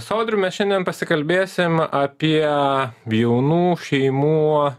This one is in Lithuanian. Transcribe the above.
su audrium mes šiandien pasikalbėsim apie jaunų šeimų